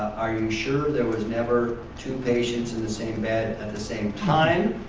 are you sure there was never two patients in the same bed at the same time?